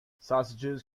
sausages